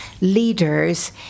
leaders